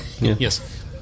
Yes